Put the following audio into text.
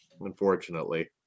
unfortunately